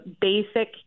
basic